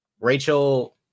Rachel